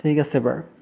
ঠিক আছে বাৰু